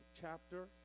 chapter